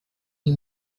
die